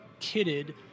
kitted